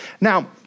Now